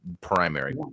primary